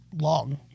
long